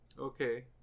Okay